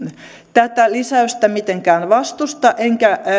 tätä lisäystä mitenkään vastusta enkä